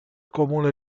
comune